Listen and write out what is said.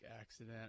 accident